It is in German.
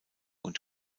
und